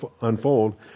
unfold